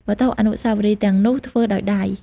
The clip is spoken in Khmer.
វត្ថុអនុស្សាវរីយ៍ទាំងនោះធ្វើដោយដៃ។